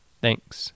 Thanks